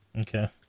Okay